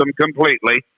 completely